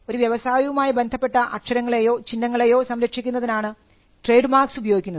ഒരു വ്യവസായവുമായി ബന്ധപ്പെട്ട അക്ഷരങ്ങളെയോ ചിഹ്നങ്ങളെയോ സംരക്ഷിക്കുന്നതിനാണ് ട്രേഡ് മാർക്സ് ഉപയോഗിക്കുന്നത്